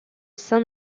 saint